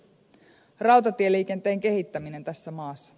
rautatieliikenteen kehittäminen tässä maassa